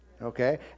Okay